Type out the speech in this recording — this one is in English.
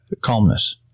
calmness